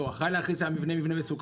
לא, הוא אחראי להכריז על המבנה כמבנה מסוכן.